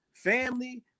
Family